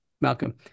Malcolm